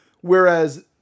Whereas